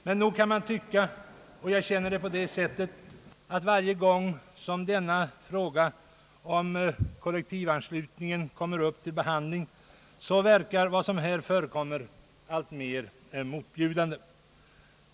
Men nog kan man tycka — och jag känner det på det sättet — att varje gång som denna fråga om kollektivanslutningen kommer upp till behandling verkar vad som här förekommer alltmer motbjudande.